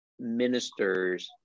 ministers